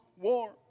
War